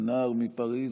הנער מפריז,